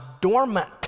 dormant